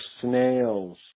snails